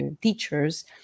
teachers